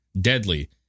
Deadly